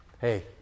hey